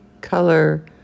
color